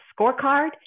scorecard